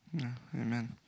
Amen